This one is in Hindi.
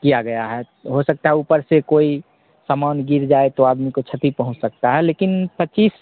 किया गया है हो सकता है ऊपर से कोई सामान गिर जाए तो आदमी को क्षति पहुँच सकता है लेकिन पच्चीस